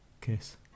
kiss